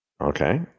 okay